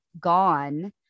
gone